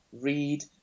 read